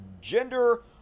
gender